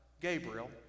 Gabriel